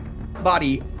body